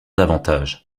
davantage